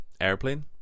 airplane